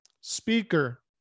speaker